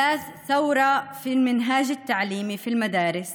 דבר שבדרך כלל מקשה על התלמידים הנבחנים